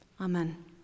Amen